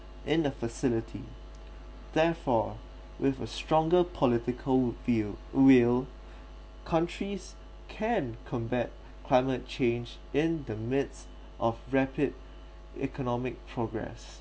in the facility therefore with a stronger political will will countries can combat climate change in the midst of rapid economic progress